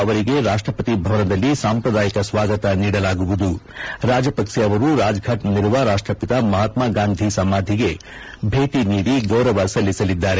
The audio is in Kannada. ಶನಿವಾರ ಅವರಿಗೆ ರಾಷ್ಟಪತಿ ಭವನದಲ್ಲಿ ಸಾಂಪ್ರದಾಯಿಕ ಸ್ವಾಗತ ನೀಡಲಾಗುವುದು ರಾಜಪಕ್ಲೆ ಅವರು ರಾಜಘಾಟ್ನಲ್ಲಿರುವ ರಾಷ್ಟಒಿತ ಮಹಾತ್ಮಗಾಂಧಿ ಸಮಾಧಿಗೆ ಭೇಟಿ ನೀಡಿ ಗೌರವ ಸಲ್ಲಿಸಲಿದ್ದಾರೆ